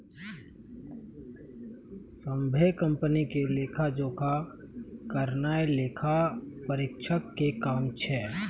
सभ्भे कंपनी के लेखा जोखा करनाय लेखा परीक्षक के काम छै